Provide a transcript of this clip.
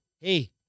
hey